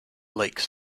lakes